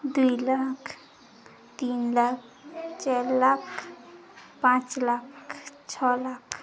ଦୁଇ ଲାଖ ତିନ ଲାଖ ଚାର ଲାଖ ପାଞ୍ଚ ଲାଖ ଛଅ ଲାଖ